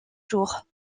jours